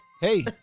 Hey